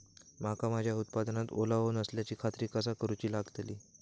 मका माझ्या उत्पादनात ओलावो नसल्याची खात्री कसा करुची लागतली?